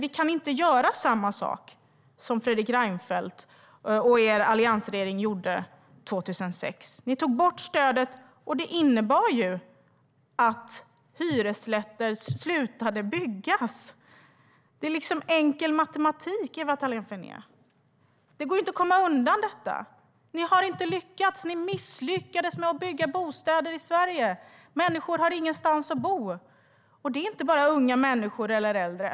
Vi kan inte göra samma sak som Fredrik Reinfeldt och er alliansregering gjorde 2006. Ni tog bort stödet. Det innebar att man slutade bygga hyresrätter. Det är enkel matematik, Ewa Thalén Finné. Det går inte att komma undan detta. Ni har inte lyckats. Ni misslyckades med att bygga bostäder i Sverige. Människor har ingenstans att bo. Det är inte bara unga människor eller äldre.